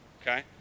okay